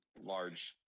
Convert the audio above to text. large